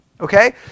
Okay